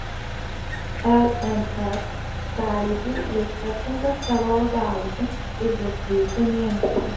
lms sąjūdžiui jis atsiuntė savo algalapį už rugpjūčio mėnesį